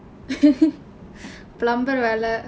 plumber வேலை :veelai